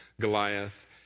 Goliath